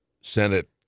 Senate